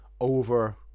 over